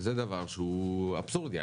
זה דבר שהוא אבסורדי.